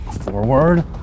Forward